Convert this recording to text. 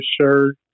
shirt